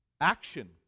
Action